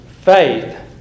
Faith